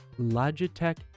Logitech